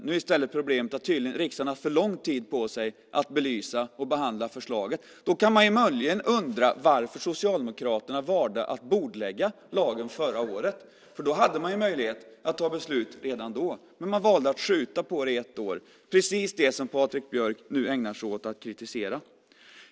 Nu är problemet tydligen i stället att riksdagen har haft för lång tid på sig att belysa och behandla förslaget. Då kan man möjligen undra varför Socialdemokraterna valde att bordlägga lagen förra året. Man hade ju möjlighet att ta beslut redan då, men man valde att skjuta på det ett år - precis det som Patrik Björck nu ägnar sig åt att kritisera.